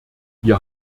wir